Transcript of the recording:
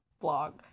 vlog